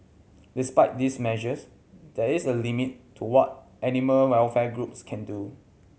despite these measures there is a limit to what animal welfare groups can do